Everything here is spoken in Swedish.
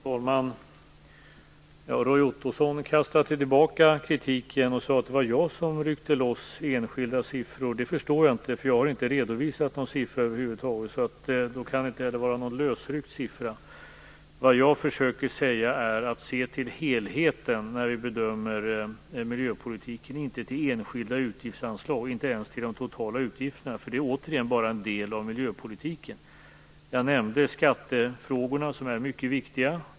Fru talman! Roy Ottosson kastade tillbaka kritiken och sade att det var jag som ryckte loss enskilda siffror. Det förstår jag inte, eftersom jag inte har redovisat någon siffra över huvud taget. Då kan det inte heller vara fråga om någon lösryckt siffra. Vad jag försöker säga är att vi skall se till helheten när vi bedömer miljöpolitiken och inte till enskilda utgiftsanslag och inte ens till de totala utgifterna, eftersom det återigen bara är en del av miljöpolitiken. Jag nämnde skattefrågorna som är mycket viktiga.